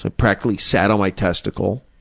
ah practically sat on my testicle.